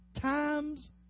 times